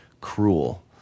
cruel